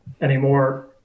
anymore